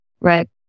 Right